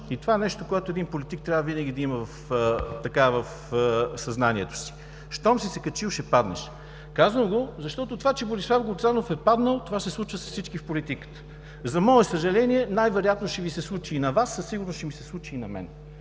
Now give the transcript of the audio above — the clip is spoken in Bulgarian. Това е нещо, което един политик винаги трябва да има в съзнанието си. Щом си се качил, ще паднеш. Казах го, защото това, че Борислав Гуцанов е паднал, това се случва с всички в политиката. За мое съжаление, най-вероятно ще Ви се случи и на Вас, със сигурност ще ми се случи и на мен.